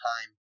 time